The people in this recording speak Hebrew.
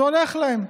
זה הולך להם.